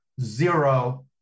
zero